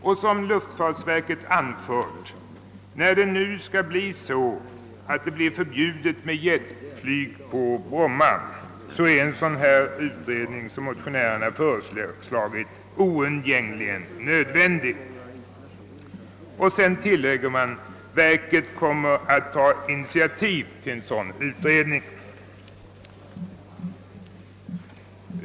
När nu jetflyg kommer att förbjudas på Bromma är, såsom luftfartsverket anför, en sådan utredning som motionärerna föreslagit oundgängligen nödvändig. Därpå tillägges det att verket kommer att ta initiativ till en sådan utredning.